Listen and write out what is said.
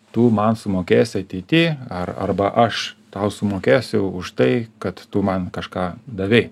tu man sumokėsi ateity ar arba aš tau sumokėsiu už tai kad tu man kažką davei